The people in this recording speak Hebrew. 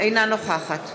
אינה נוכחת